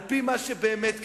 על-פי מה שבאמת כדאי,